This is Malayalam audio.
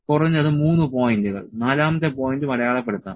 കുറഞ്ഞത് 3 പോയിന്റുകൾ നാലാമത്തെ പോയിന്റും അടയാളപ്പെടുത്താം